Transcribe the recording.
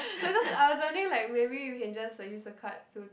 because I was wondering like maybe we can just like use the cards to